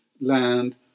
land